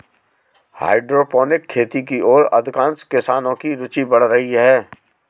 hydroponic खेती की ओर अधिकांश किसानों की रूचि बढ़ रही है